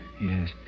Yes